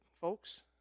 folks